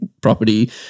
property